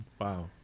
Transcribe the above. Wow